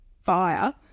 fire